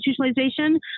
institutionalization